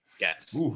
Yes